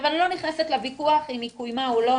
אני לא נכנסת לוויכוח אם היא קוימה או לא,